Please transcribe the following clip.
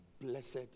blessed